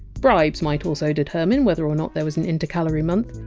bribes might also determine whether or not there was an intercalary month.